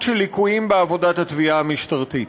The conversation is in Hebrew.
של ליקויים בעבודת התביעה המשטרתית,